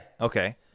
Okay